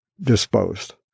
disposed